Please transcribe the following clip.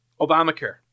Obamacare